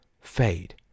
fade